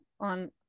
on